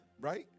right